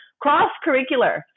cross-curricular